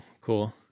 cool